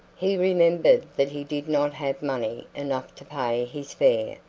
he remembered that he did not have money enough to pay his fare.